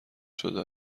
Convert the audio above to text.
شده